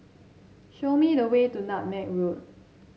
show me the way to Nutmeg Road